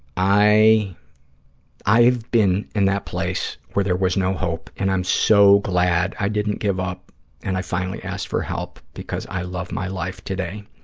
i've been in that place where there was no hope, and i'm so glad i didn't give up and i finally asked for help because i love my life today.